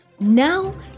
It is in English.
Now